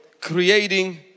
creating